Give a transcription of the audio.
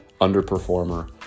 underperformer